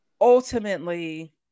ultimately